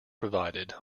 provided